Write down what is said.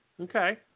Okay